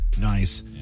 nice